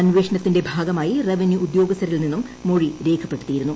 അന്വേഷണത്തിന്റെ ഭാഗമായി റവന്യൂ ഉദ്യോഗസ്ഥരിൽ നിന്നും മൊഴി രേഖപ്പടുത്തിയിരുന്നു